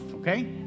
okay